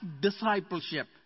discipleship